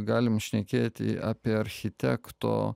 galim šnekėti apie architekto